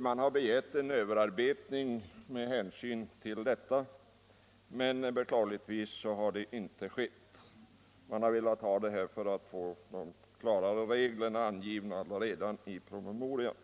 Man har begärt en överarbetning — tyvärr har dock någon sådan inte gjorts — för att få reglerna klarare angivna redan i promemorian.